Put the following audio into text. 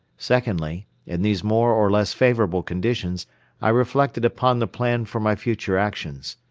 secondly, in these more or less favorable conditions i reflected upon the plan for my future actions.